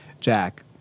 Jack